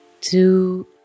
two